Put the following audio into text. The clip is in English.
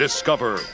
Discover